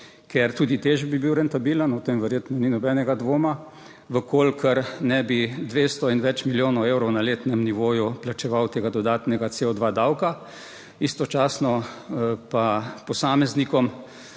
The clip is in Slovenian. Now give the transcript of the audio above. ker tudi Teš bi bil rentabilen, o tem verjetno ni nobenega dvoma. V kolikor ne bi 200 in več milijonov evrov na letnem nivoju plačeval tega dodatnega CO2 davka, istočasno pa posameznikom,